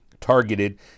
targeted